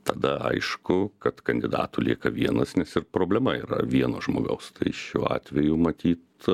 tada aišku kad kandidatų lieka vienas nes ir problema yra vieno žmogaus tai šiuo atveju matyt